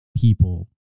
people